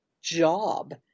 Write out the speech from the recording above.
job